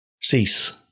cease